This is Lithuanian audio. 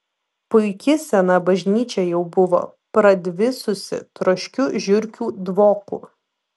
puiki sena bažnyčia jau buvo pradvisusi troškiu žiurkių dvoku